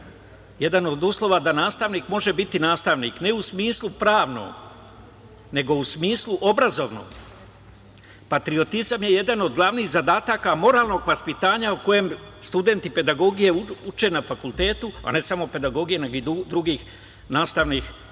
jedan od uslova da nastavnik može biti nastavnik, ne u smislu pravnom, nego u smislu obrazovnom. Patriotizam je jedan od glavnih zadataka moralnog vaspitanja o kojem studenti pedagogije uče na fakultetu, a ne samo pedagogije, nego i drugih nastavnih